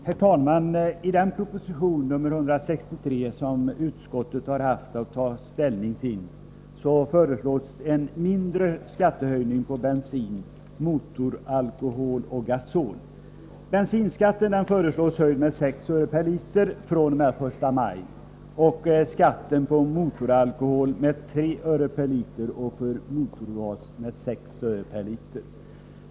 Herr talman! I den proposition, nr 163, som utskottet har haft att ta ställning till, föreslås en mindre skattehöjning på bensin, motoralkohol och gasol. Bensinskatten föreslås höjas med 6 öre per liter fr.o.m. den 1 maj, skatten på motoralkohol med 3 öre per liter och skatten på motorgas med 6 öre per liter.